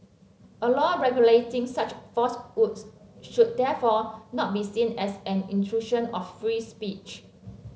a law regulating such falsehoods should therefore not be seen as an incursion of free speech